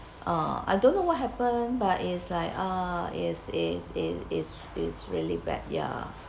uh I don't know what happen but is like uh is is is is is really bad ya